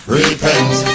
repent